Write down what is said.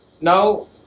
Now